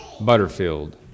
Butterfield